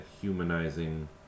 humanizing